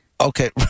Okay